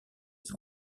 des